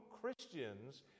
Christians